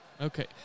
Okay